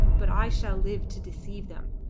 but i shall live to deceive them.